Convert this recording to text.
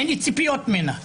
אין לי ציפיות ממנה.